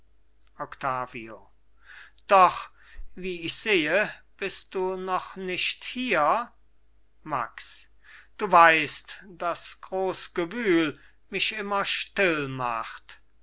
octavio doch wie ich sehe bist du noch nicht hier max du weißt daß groß gewühl mich immer still macht